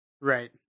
right